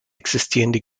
existierende